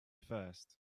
first